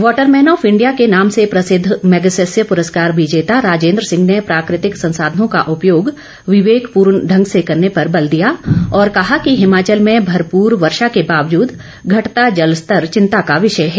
water man of India के नाम से प्रसिद्ध मैगसैसे पुरस्कार विजेता राजेन्द्र सिंह ने प्राकृतिक संसाधनों का उपयोग विवेकपूर्ण ढंग से करने पर बल दिया और कहा कि हिमाचल में भरपूर वर्षा के बावजूद घटता जल स्तर चिंता का विषय है